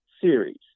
series